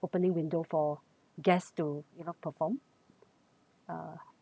opening window for guests to you know perform uh